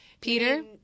Peter